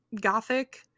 gothic